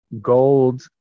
gold